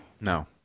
No